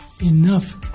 enough